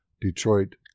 Detroit